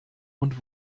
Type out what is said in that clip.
und